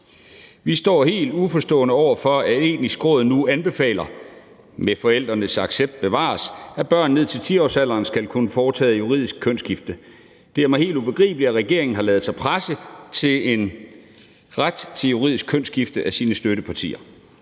Vi står helt uforstående over for, at Det Etiske Råd nu anbefaler – med forældrenes accept, bevares – at børn ned til 10-årsalderen skal kunne få foretaget juridisk kønsskifte. Det er mig helt ubegribeligt, at regeringen har ladet sig presse til en ret til juridisk kønsskifte af sine støttepartier.